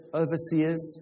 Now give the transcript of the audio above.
overseers